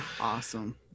Awesome